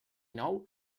nou